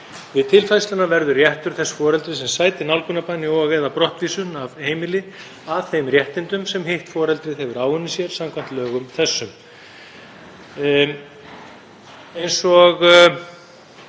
Við tilfærsluna verður réttur þess foreldris sem sætir nálgunarbanni og/eða brottvísun af heimili að þeim réttindum sem hitt foreldrið hefur áunnið sér samkvæmt lögum þessum.“ Eins og